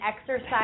exercise